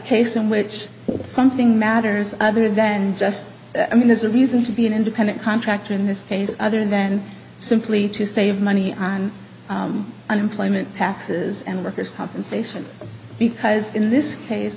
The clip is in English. case in which something matters other than just i mean there's a reason to be an independent contractor in this case other than simply to save money on unemployment taxes and workers compensation because in this case